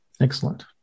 Excellent